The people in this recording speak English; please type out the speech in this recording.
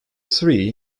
three